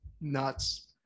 Nuts